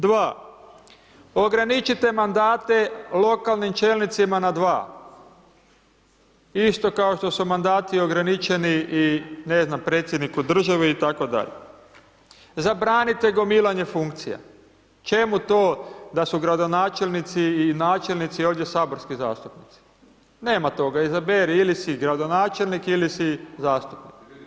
Dva, ograničite mandate lokalnim čelnicima na 2, isto kao što su mandati ograničeni i ne znam, predsjedniku države itd., Zabranite gomilanje funkcija, čemu to da su gradonačelnici i načelnici ovdje saborski zastupnici, nema toga, izaberi ili si gradonačelnik ili si zastupnik.